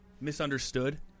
misunderstood